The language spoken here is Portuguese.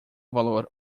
valor